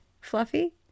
Fluffy